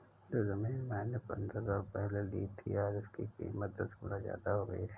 जो जमीन मैंने पंद्रह साल पहले ली थी, आज उसकी कीमत दस गुना जादा हो गई है